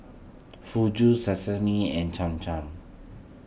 Fugu Sashimi and Cham Cham